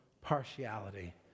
partiality